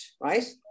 right